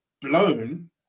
blown